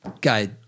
guy